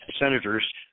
senators